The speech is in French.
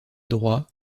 droit